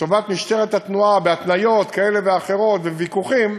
לטובת משטרת התנועה בהתניות כאלה ואחרות ובוויכוחים,